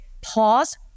pause